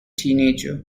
teenager